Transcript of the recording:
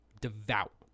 Devout